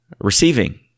Receiving